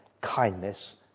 kindness